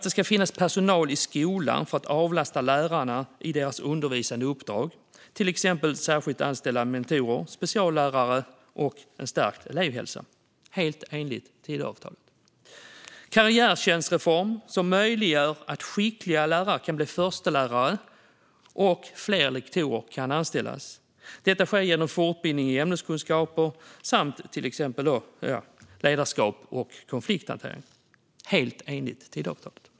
Det ska finnas personal i skolan för att avlasta lärarna i deras undervisande uppdrag, till exempel särskilt anställda mentorer, speciallärare och en stärkt elevhälsa - helt enligt Tidöavtalet. Det fjärde gäller en karriärtjänstreform som ska möjliggöra att skickliga lärare kan bli förstelärare och att fler lektorer kan anställas. Detta ska ske genom fortbildning i ämneskunskap samt i till exempel ledarskap och konflikthantering - helt enligt Tidöavtalet.